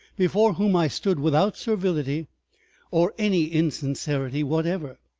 before whom i stood without servility or any insincerity whatever,